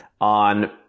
on